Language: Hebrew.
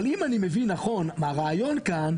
אבל אם אני מבין נכון מה הרעיון כאן,